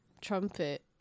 trumpet